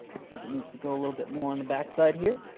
looks like it needs to go a little bit more on the backside here.